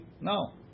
No